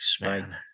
man